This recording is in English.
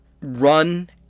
run